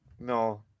No